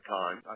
time